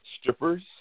strippers